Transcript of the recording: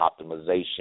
optimization